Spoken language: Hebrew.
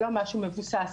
לא משהו מבוסס,